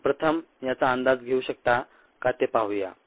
आपण प्रथम याचा अंदाज घेऊ शकता का ते पाहूया